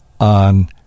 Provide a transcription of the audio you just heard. on